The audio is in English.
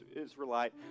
Israelite